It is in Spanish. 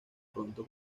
pronto